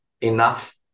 enough